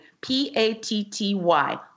P-A-T-T-Y